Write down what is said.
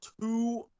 two